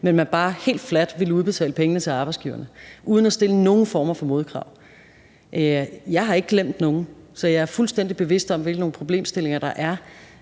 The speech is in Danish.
man ville bare helt fladt udbetale pengene til arbejdsgiverne uden at stille nogen former for modkrav. Jeg har ikke glemt nogen, så jeg er fuldstændig bevidst om, hvilke problemstillinger der er